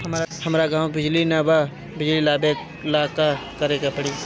हमरा गॉव बिजली न बा बिजली लाबे ला का करे के पड़ी?